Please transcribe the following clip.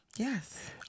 Yes